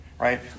right